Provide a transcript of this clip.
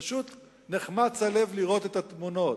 פשוט נחמץ הלב לראות את התמונות.